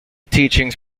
teachings